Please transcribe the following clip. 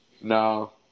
No